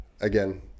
again